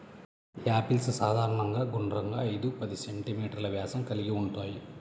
apples సాధారణంగా గుండ్రంగా, ఐదు పది సెం.మీ వ్యాసం కలిగి ఉంటాయి